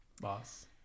boss